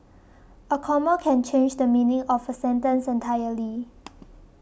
a comma can change the meaning of a sentence entirely